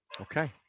Okay